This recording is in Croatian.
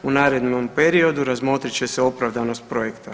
U narednom periodu razmotrit će se opravdanost projekta.